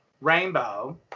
Rainbow